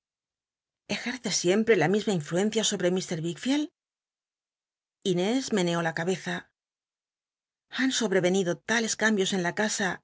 ejerce siempi'c la misma inoucncia sobre ir yickfield inés meneó la cabeza han sobrevenido tales cambios en la c